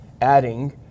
adding